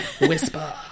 whisper